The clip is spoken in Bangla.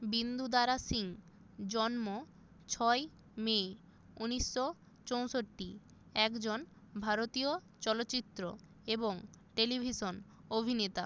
বিন্দু দারা সিং জন্ম ছয় মে উনিশশো চৌষট্টি একজন ভারতীয় চলচ্চিত্র এবং টেলিভিশন অভিনেতা